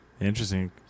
Interesting